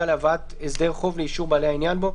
להבאת הסדר חוב לאישור בעלי העניין בו,